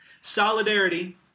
Solidarity